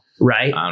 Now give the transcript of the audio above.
right